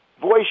voice